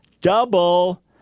double